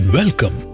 welcome